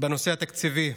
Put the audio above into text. בנושא התקציבי.